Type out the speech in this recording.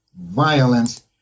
violence